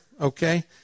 okay